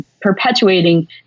perpetuating